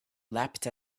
leapt